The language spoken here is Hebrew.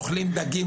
אוכלים דגים,